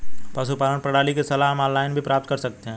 पशुपालन प्रणाली की सलाह हम ऑनलाइन भी प्राप्त कर सकते हैं